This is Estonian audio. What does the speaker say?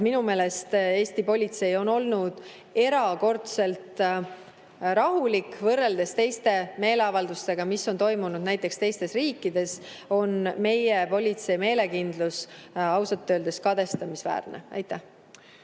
minu meelest Eesti politsei on olnud erakordselt rahulik. Kui võrrelda meeleavaldustega, mis on toimunud teistes riikides, on meie politsei meelekindlus ausalt öeldes kadestamisväärne. Head